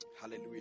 Hallelujah